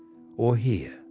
or hear?